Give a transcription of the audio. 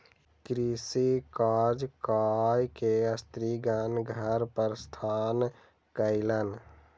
कृषि कार्य कय के स्त्रीगण घर प्रस्थान कयलैन